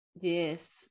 yes